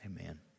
Amen